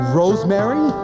rosemary